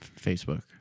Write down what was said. Facebook